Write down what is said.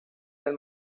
del